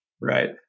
Right